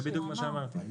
זה בדיוק מה שאמרתי.